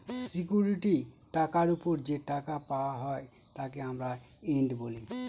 security টাকার ওপর যে টাকা পাওয়া হয় তাকে আমরা ইল্ড বলি